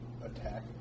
Attack